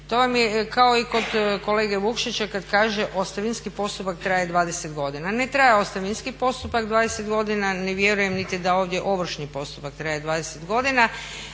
To vam je i kao kod kolege Vukšića kad kaže ostavinski postupak traje 20 godina. Ne traje ostavinski postupak 20 godina, ne vjerujem niti da ovdje ovršni postupak traje 20 godina.